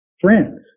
friends